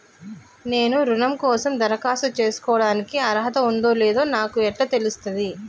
నేను రుణం కోసం దరఖాస్తు చేసుకోవడానికి అర్హత ఉందో లేదో నాకు ఎట్లా తెలుస్తది?